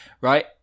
Right